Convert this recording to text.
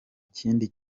kindi